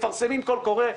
מפרסמים קול קורא,